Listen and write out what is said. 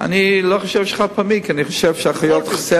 אני לא חושב שחד-פעמי, כי אני חושב שאחיות חסרות,